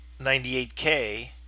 98k